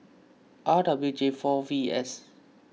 R W J four V S